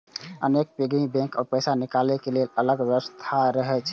अनेक piggy bank मे पैसा निकालै के लेल अलग सं व्यवस्था रहै छै